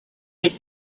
have